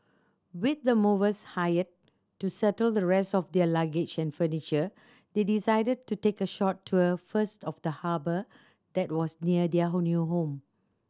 with the movers hired to settle the rest of their luggage and furniture they decided to take a short tour first of the harbour that was near their new home